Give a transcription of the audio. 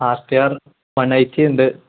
ഹാർറ്റിയർ one eighty ഉണ്ട്